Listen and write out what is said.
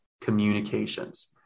communications